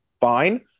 fine